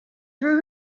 threw